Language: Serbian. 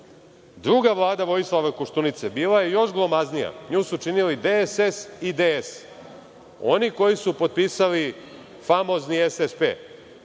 pravo. Druga Vlada Vojislava Koštunice bila je još glomaznija, nju su činili DSS i DS. Oni koji su potpisali famozni SSP.